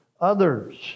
others